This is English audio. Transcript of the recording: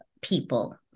People